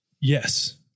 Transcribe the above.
Yes